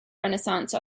renaissance